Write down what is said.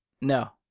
No